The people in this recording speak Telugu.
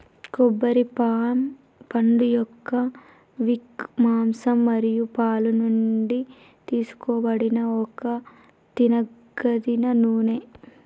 కొబ్బరి పామ్ పండుయొక్క విక్, మాంసం మరియు పాలు నుండి తీసుకోబడిన ఒక తినదగిన నూనె